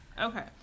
Okay